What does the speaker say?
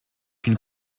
une